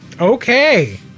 Okay